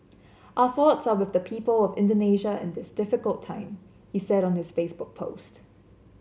our thoughts are with the people of Indonesia in this difficult time he said on his Facebook post